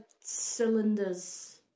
cylinders